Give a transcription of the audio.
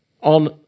on